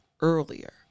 earlier